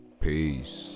Peace